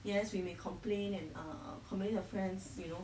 yes we may complain and err complain to friends you know